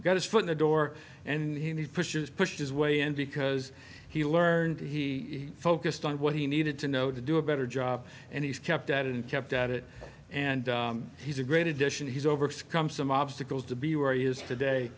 got his foot the door and he pushes pushed his way in because he learned he focused on what he needed to know to do a better job and he's kept at it and kept at it and he's a great addition he's overcome some obstacles to be where he is today